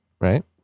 right